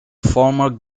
former